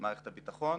מערכת הביטחון.